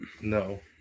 No